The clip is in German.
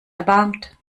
erbarmt